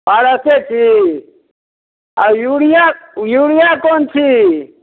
parse छी आ urea urea कोन छी